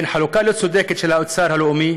חלוקה לא צודקת של האוצר הלאומי,